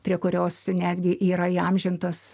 prie kurios netgi yra įamžintas